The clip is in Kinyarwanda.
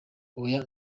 oya